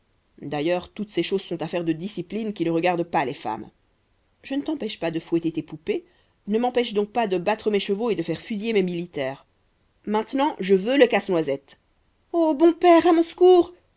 d'ailleurs toutes ces choses sont affaires de discipline qui ne regardent pas les femmes je ne t'empêche pas de fouetter tes poupées ne m'empêche donc pas de battre mes chevaux et de faire fusiller mes militaires maintenant je veux le casse-noisette o bon père à mon secours